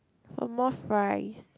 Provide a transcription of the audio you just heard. for more fries